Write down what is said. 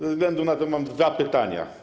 Ze względu na to mam dwa pytania.